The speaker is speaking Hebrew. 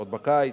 עוד בקיץ,